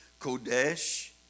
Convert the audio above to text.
kodesh